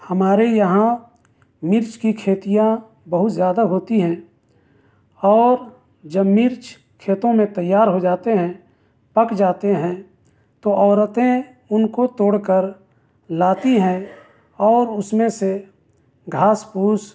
ہمارے یہاں مرچ کی کھیتیاں بہت زیادہ ہوتی ہیں اور جب مرچ کھیتوں میں تیار ہو جاتے ہیں پک جاتے ہیں تو عورتیں اُن کو توڑ کر لاتی ہیں اور اُس میں سے گھاس پھوس